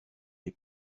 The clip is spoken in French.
les